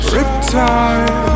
Riptide